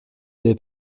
the